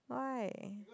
why